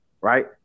right